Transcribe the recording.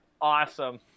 awesome